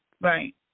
Right